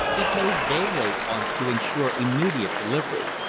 he paid day rates on it to insure immediate delivery.